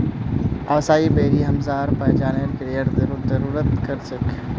असाई बेरी हमसार पाचनेर क्रियाके दुरुस्त कर छेक